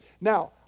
Now